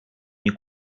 nie